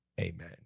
Amen